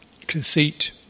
conceit